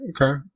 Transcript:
Okay